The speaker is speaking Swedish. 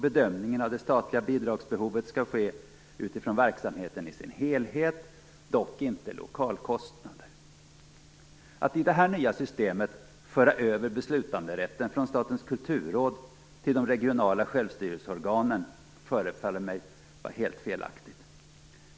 Bedömningen av det statliga bidragsbehovet skall ske utifrån verksamheten i sin helhet. Lokalkostnader skall dock inte beaktas. Att i det här nya systemet föra över beslutanderätten från Statens kulturråd till de regionala självstyrelseorganen förefaller mig vara helt felaktigt.